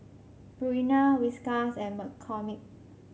Purina Whiskas and McCormick